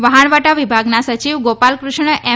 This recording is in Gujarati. વાહણવટા વિભાગના સચિવ ગોપાલ ક્રષ્ણ એમ